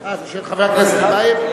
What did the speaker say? אה, זה של חבר הכנסת טיבייב?